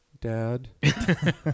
Dad